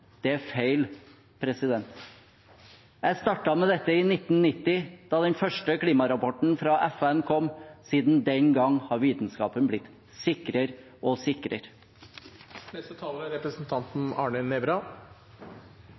Det er feil. Jeg startet med dette i 1990, da den første klimarapporten fra FN kom. Siden den gang har vitenskapen blitt sikrere og sikrere. Det er ikke jeg som skal forlenge debatten her, det er selvfølgelig representanten